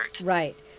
Right